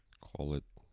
call it